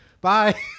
Bye